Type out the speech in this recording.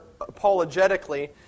apologetically